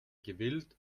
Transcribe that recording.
gewillt